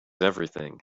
everything